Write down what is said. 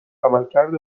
عملکرد